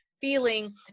feeling